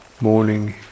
morning